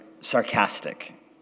sarcastic